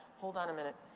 hold on a minute.